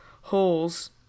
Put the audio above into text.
holes